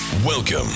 Welcome